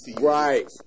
right